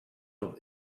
noch